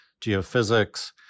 geophysics